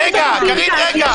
קארין, רגע.